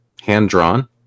hand-drawn